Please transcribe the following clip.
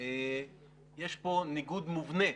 ויש פה ניגוד מבנה